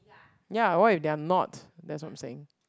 ya what if they're not that's what I'm saying